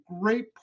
great